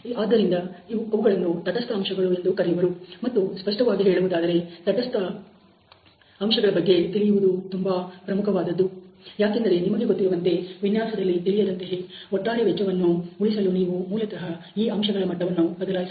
ಆದ್ದರಿಂದ ಅವುಗಳನ್ನು ತಟಸ್ಥ ಅಂಶಗಳು ಎಂದು ಕರೆಯುವರು ಮತ್ತು ಸ್ಪಷ್ಟವಾಗಿ ಹೇಳುವುದಾದರೆ ತಟಸ್ಥ ಅಂಶಗಳ ಬಗ್ಗೆ ತಿಳಿಯುವುದು ತುಂಬಾ ಪ್ರಮುಖವಾದದ್ದು ಯಾಕೆಂದರೆ ನಿಮಗೆ ಗೊತ್ತಿರುವಂತೆ ವಿನ್ಯಾಸದಲ್ಲಿ ತಿಳಿಯದಂತೆಯೇ ಒಟ್ಟಾರೆ ವೆಚ್ಚವನ್ನು ಉಳಿಸಲು ನೀವು ಮೂಲತಹ ಈ ಅಂಶಗಳ ಮಟ್ಟವನ್ನು ಬದಲಾಯಿಸಬಹುದು